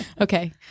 okay